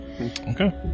Okay